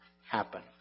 happen